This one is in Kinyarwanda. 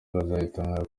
bazatangira